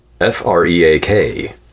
f-r-e-a-k